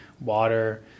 water